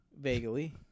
Vaguely